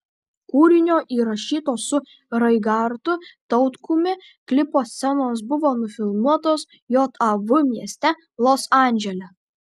kūrinio įrašyto su raigardu tautkumi klipo scenos buvo nufilmuotos jav mieste los andžele